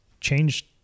changed